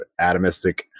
atomistic